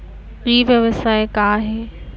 ई व्यवसाय का हे?